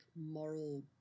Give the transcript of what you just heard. moral